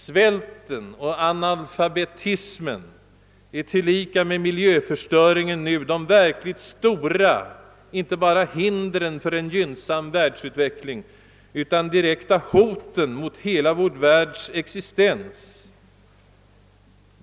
Svält och analfabetism är tilllika med miljöförstöring inte bara de verkligt stora hindren för en gynnsam världsutveckling utan också det direkta hotet mot hela vår världs existens.